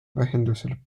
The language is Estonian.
vahendusel